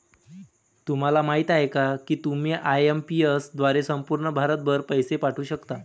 तुम्हाला माहिती आहे का की तुम्ही आय.एम.पी.एस द्वारे संपूर्ण भारतभर पैसे पाठवू शकता